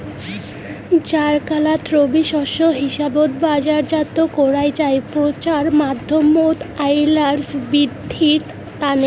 জ্বারকালত রবি শস্য হিসাবত বাজারজাত করাং যাই পচার মাধ্যমত আউয়াল বিদ্ধির তানে